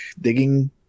digging